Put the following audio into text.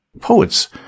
Poets